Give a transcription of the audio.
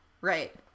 Right